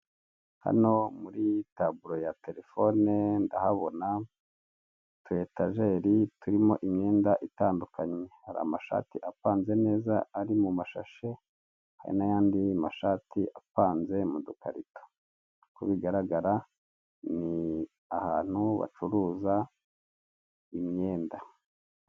Hano muri taburo ya terefone ndahabona utu etageri turimo imyenda itandukanye, hari amashati apanze neza ari mu mashashe hari n'andi mashati apanze mu dukarito, uko bigaragara ni ahantu bacuruza imyenda.